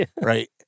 right